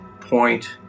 point